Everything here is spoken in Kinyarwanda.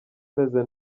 imeze